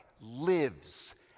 lives